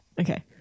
okay